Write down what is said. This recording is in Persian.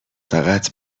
فقط